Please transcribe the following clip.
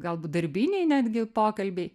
galbūt darbiniai netgi pokalbiai